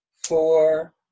Four